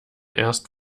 erst